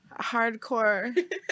hardcore